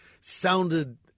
sounded